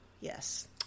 Yes